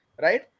right